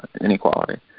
inequality